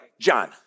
John